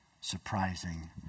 surprising